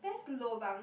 best lobang